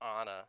Anna